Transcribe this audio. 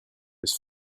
his